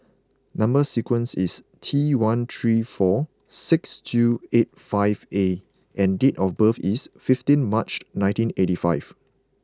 number sequence is T one three four six two eight five A and date of birth is fifteenth March nineteen eighty five